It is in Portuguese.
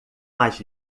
mais